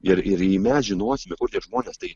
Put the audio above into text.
ir ir jei mes žinosime kur tie žmonės tai